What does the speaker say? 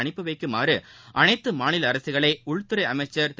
அனுப்பி வைக்குமாறு அனைத்து மாநில அரசுகளை உள்துறை அமைச்சர் திரு